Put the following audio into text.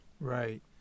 Right